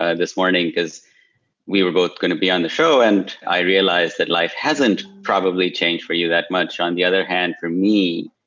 this morning, because we were both going to be on the show and i realized that life hasn't probably changed for you that much. on the other hand, for me,